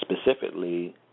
specifically